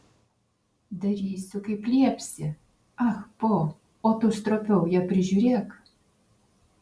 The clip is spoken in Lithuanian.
darysiu kaip liepsi ah po o tu stropiau ją prižiūrėk